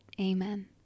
amen